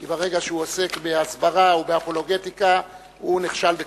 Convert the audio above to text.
כי ברגע שהוא עוסק בהסברה ובאפולוגטיקה הוא נכשל בתפקידו.